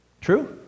True